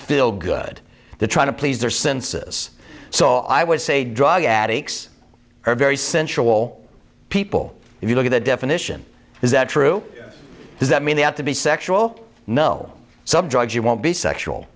feel good the trying to please their census so i would say drug addicts are very sensual people if you look at the definition is that true does that mean they have to be sexual no some drugs you won't be sexual